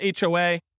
HOA